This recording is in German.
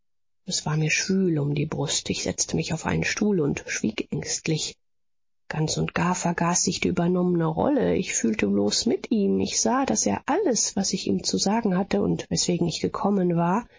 es war mir schwül um die brust ich setzte mich auf einen stuhl und schwieg ängstlich ganz und gar vergaß ich die übernommene rolle ich fühlte bloß mit ihm ich sah daß er alles was ich ihm zu sagen hatte und weswegen ich gekommen war